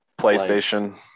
playstation